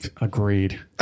Agreed